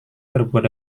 terbuat